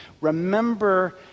remember